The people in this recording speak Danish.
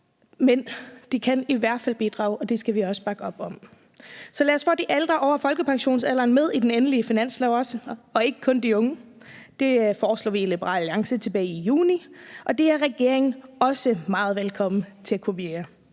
men de kan i hvert fald bidrage, og det skal vi også bakke op om. Så lad os få de ældre over folkepensionsalderen med i den endelige finanslov også og ikke kun de unge. Det foreslog vi i Liberal Alliance tilbage i juni, og det er regeringen også meget velkommen til at kopiere.